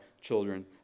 children